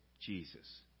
Jesus